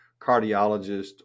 cardiologist